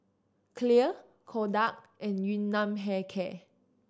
Clear Kodak and Yun Nam Hair Care